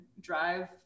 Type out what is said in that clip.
drive